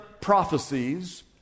prophecies